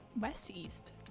West-east